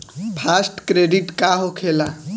Fast credit का होखेला?